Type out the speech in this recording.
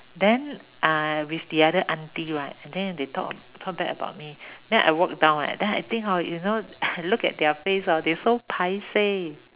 then uh with the other auntie right and then they talk talk bad about me then I walk down leh then I think hor you know look at their face hor they so paiseh